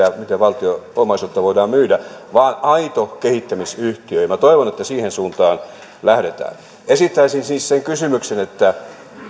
miten valtionomaisuutta voidaan myydä vaan aito kehittämisyhtiö minä toivon että siihen suuntaan lähdetään esittäisin siis sen kysymyksen että